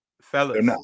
Fellas